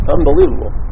Unbelievable